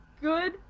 good